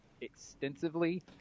extensively